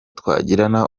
twagirana